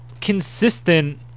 consistent